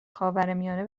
خاورمیانه